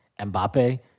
Mbappe